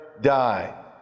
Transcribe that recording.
die